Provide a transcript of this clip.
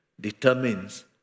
determines